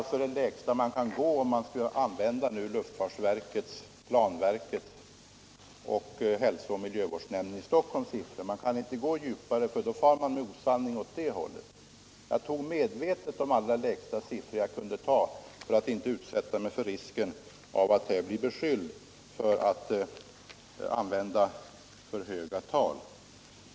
Lägre kan man inte gå, om man skall använda luftfartsverkets, planverkets och hälso och miljövårdsnämndens i Stockholm siffror. Man kan inte gå djupare, för då far man med osanning åt det hållet. Jag tog medvetet de allra lägsta siffror jag kunde ta för att inte utsätta mig för risken att här bli beskylld för att använda för höga tal.